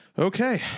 Okay